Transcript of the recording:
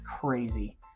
crazy